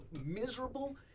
miserable